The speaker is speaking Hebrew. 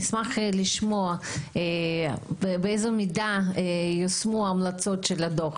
נשמח לשמוע באיזו מידה יושמו ההמלצות של הדוח.